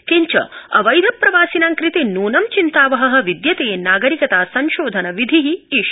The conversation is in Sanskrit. किञ्च अवैध प्रवासिनां कृते नूनं चिन्तावह विद्यते नागरिकता संशोधन विधि एष